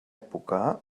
època